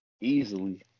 Easily